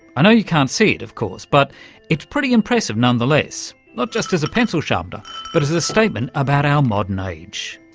i know you can't see it of course, but it's pretty impressive none-the-less, not just as a pencil sharpener but as a statement about our modern age.